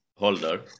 holder